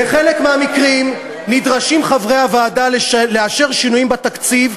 "בחלק מהמקרים נדרשים חברי הוועדה לאשר שינויים בתקציב,